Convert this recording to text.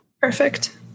Perfect